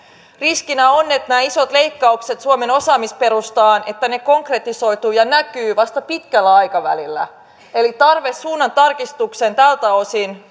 riskinä on että nämä isot leikkaukset suomen osaamisperustaan konkretisoituvat ja näkyvät vasta pitkällä aikavälillä eli tarve suunnan tarkistukseen tältä osin